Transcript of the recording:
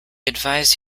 advise